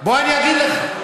בוא אני אגיד לך.